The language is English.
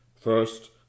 First